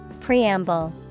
Preamble